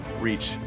reach